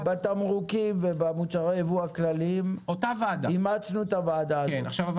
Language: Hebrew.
ובתמרוקים ובמוצרי הייבוא הכלליים אימצנו את הוועדה הזאת?